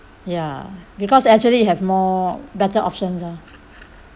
ya because actually you have more better options ah